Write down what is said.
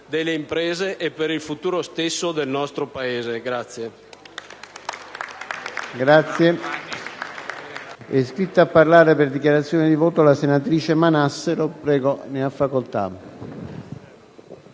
delle imprese e per il futuro stesso del nostro Paese.